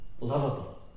lovable